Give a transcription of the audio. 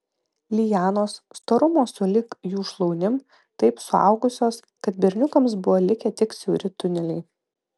lianos storumo sulig jų šlaunim taip suaugusios kad berniukams buvo likę tik siauri tuneliai